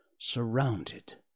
surrounded